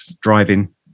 driving